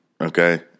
okay